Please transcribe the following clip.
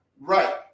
right